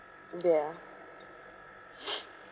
ya